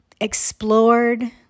explored